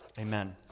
Amen